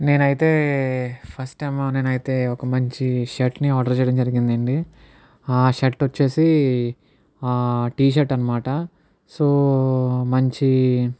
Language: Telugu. నేనైతే ఫస్ట్ ఏమో నేనైతే ఒక మంచి షర్ట్ని ఆర్డర్ చేయడం జరిగిందండి షర్ట్ వచ్చేసి టీ షర్ట్ అనమాట సో మంచి